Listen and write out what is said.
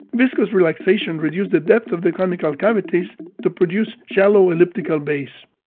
viscous relaxation reduced the depth of the conical cavities to produce shallow elliptical bays.